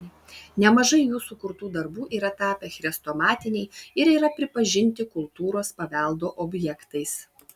nemažai jų sukurtų darbų yra tapę chrestomatiniai ir yra pripažinti kultūros paveldo objektais